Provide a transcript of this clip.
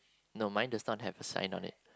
no mine does not have a sign on it